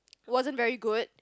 wasn't very good